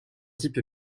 type